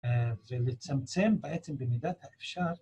ולצמצם בעצם במידת האפשר